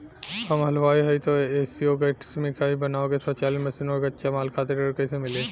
हम हलुवाई हईं त ए.सी शो कैशमिठाई बनावे के स्वचालित मशीन और कच्चा माल खातिर ऋण कइसे मिली?